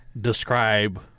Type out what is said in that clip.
describe